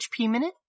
HPMinute